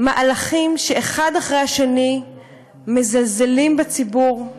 למהלכים שאחד אחרי השני מזלזלים בציבור,